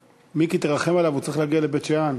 מיקי, תרחם עליו, הוא צריך להגיע לבית-שאן.